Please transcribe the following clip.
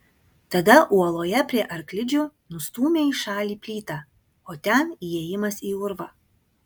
tada uoloje prie arklidžių nustūmė į šalį plytą o ten įėjimas į urvą